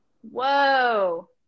whoa